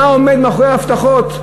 מה עומד מאחורי ההבטחות?